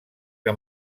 que